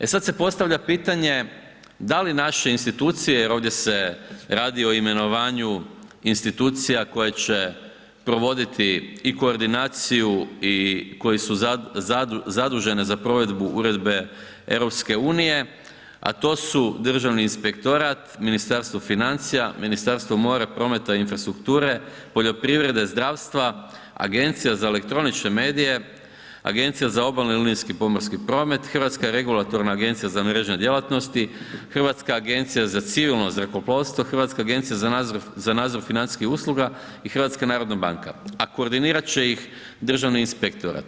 E sad se postavlja pitanje da li naše institucije, jer ovdje se radi o imenovanju institucija koje će provoditi i koordinaciju i koji su zadužene za provedbu uredbe EU, a to su Državni inspektorat, Ministarstvo financija, Ministarstvo mora, prometa i infrastrukture, poljoprivrede, zdravstva, Agencija za elektronične medije, Agencija za obalni linijski pomorski promet, Hrvatska regulatorna agencija za mrežne djelatnosti, Hrvatska agencija za civilno zrakoplovstvo, Hrvatska agencija za nadzor financijskih usluga i HNB, a koordinirat će ih Državni inspektorat.